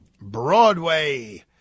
Broadway